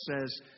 says